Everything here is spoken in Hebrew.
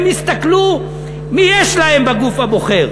הם יסתכלו מי יש להם בגוף הבוחר,